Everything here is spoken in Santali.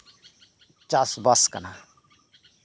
ᱪᱟᱥ ᱵᱟᱥ ᱠᱟᱱᱟ